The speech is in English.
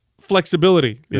flexibility